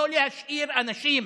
לא להשאיר אנשים